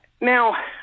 now